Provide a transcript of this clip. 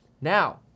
Now